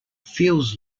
feels